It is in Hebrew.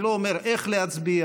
אני לא אומר איך להצביע,